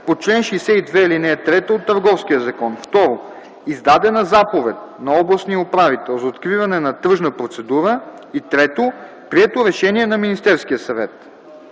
по чл. 62, ал. 3 от Търговския закон; 2. издадена заповед на областния управител за откриване на тръжна процедура; 3. прието решение на Министерския съвет”.”